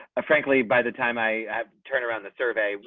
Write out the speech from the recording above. a frankly, by the time i turn around the survey,